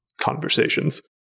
conversations